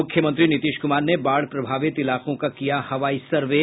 मुख्यमंत्री नीतीश कुमार ने बाढ़ प्रभावित इलाकों का किया हवाई सर्वे